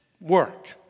work